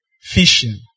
Fishing